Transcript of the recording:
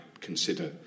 consider